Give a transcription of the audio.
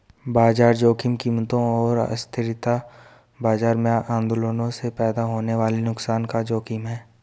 बाजार जोखिम कीमतों और अस्थिरता बाजार में आंदोलनों से पैदा होने वाले नुकसान का जोखिम है